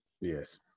Yes